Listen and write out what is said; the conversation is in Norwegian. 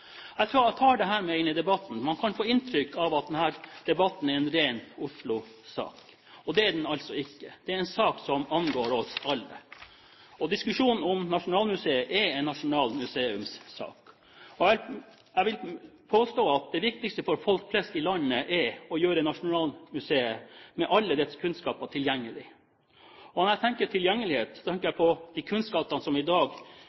debatten, for man kan få inntrykk av at denne debatten er en ren Oslo-sak. Det er den altså ikke. Det er en sak som angår oss alle. Diskusjonen om Nasjonalmuseet er en nasjonal museumssak. Jeg vil påstå at det viktigste for folk flest i landet er å gjøre Nasjonalmuseet, med alle dets kunstskatter, tilgjengelig. Når jeg tenker tilgjengelighet, tenker jeg på de kunstskattene som i dag